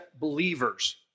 believers